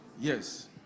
yes